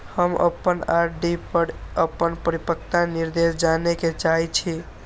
हम अपन आर.डी पर अपन परिपक्वता निर्देश जाने के चाहि छी